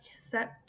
set